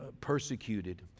persecuted